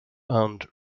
and